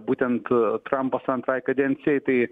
būtent trampas antrai kadencijai tai